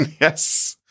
Yes